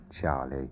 Charlie